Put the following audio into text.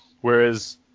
Whereas